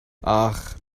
ach